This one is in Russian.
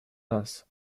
нас